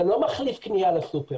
זה לא מחליף קנייה בסופרמרקט.